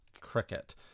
Cricket